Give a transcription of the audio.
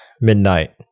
midnight